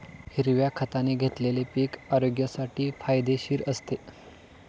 हिरव्या खताने घेतलेले पीक आरोग्यासाठी फायदेशीर असते